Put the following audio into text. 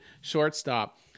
shortstop